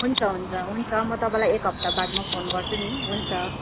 हुन्छ हुन्छ हुन्छ म तपाईँलाई एक हप्ता बादमा फोन गर्छु नि हुन्छ